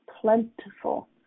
plentiful